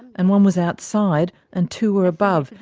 and one was outside and two were above.